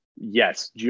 yes